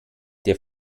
der